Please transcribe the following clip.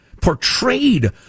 portrayed